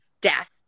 death